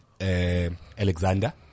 Alexander